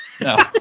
no